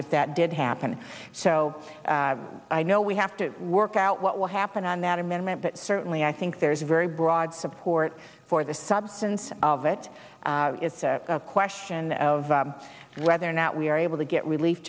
that did happen so i know we have to work out what will happen on that amendment but certainly i think there's very broad support for the substance of it is a question of whether or not we are able to get relief